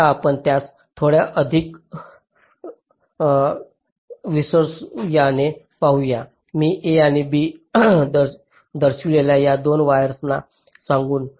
आता आपण त्यास थोड्या अधिक विस्वायर्सने पाहू या मी A आणि B दर्शविलेल्या या 2 वायर्सना सांगू